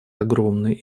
огромные